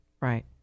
right